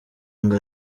ngo